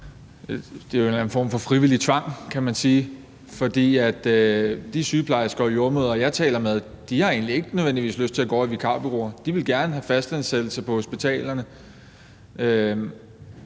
eller anden form for frivillig tvang, kan man sige, for de sygeplejersker og jordemødre, jeg taler med, har egentlig ikke nødvendigvis lyst til at gå over i vikarbureauer. De ville gerne have fastansættelse på hospitalerne,